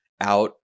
out